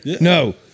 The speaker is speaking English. No